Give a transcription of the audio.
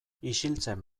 isiltzen